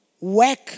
Work